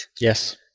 Yes